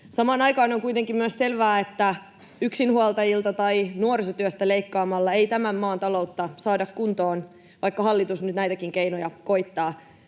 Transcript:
Samaan aikaan on kuitenkin myös selvää, että yksinhuoltajilta tai nuorisotyöstä leikkaamalla ei tämän maan taloutta saada kuntoon, vaikka hallitus nyt näitäkin keinoja koettaa.